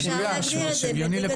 אפשר להגדיר את זה בליגת נוער,